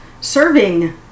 serving